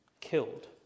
killed